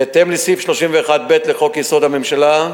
בהתאם לסעיף 31(ב) לחוק-יסוד: הממשלה,